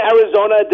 Arizona